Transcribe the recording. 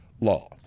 law